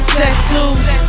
tattoos